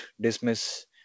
dismiss